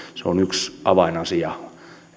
se on yksi avainasia